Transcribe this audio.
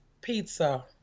pizza